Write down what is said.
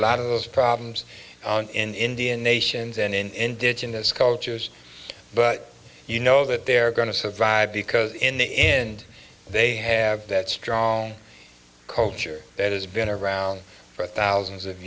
lot of those problems in indian nations and in indigenous cultures but you know that they're going to survive because in the end they have that strong culture that has been around for thousands of